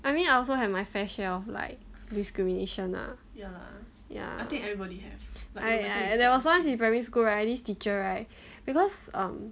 I mean I also have my fair share of like discrimination lah ya I I there was once in primary school right this teacher right because um